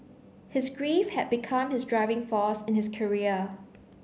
his grief had become his driving force in his career